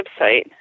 website